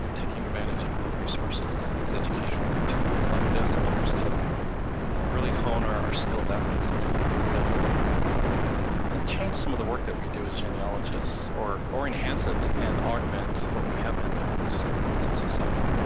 um taking advantage of the resources, these educational opportunities like this, and others to you know really hone our skills at this. it's gonna definitely, i think, change some of the work that we do as genealogists, or or enhance it, and augment what we have been doing. so, it's it's exciting.